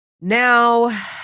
Now